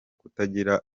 kutagira